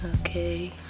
okay